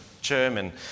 German